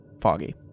foggy